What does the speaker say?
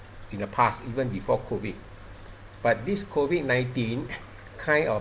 in the past even before COVID but this COVID nineteen kind of